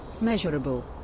Measurable